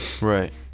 Right